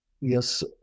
yes